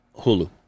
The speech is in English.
Hulu